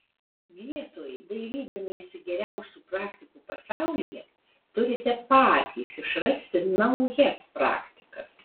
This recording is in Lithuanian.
vietoj dairydamiesi geriausių praktikų pasaulyje turite patys išrasti naujas praktikas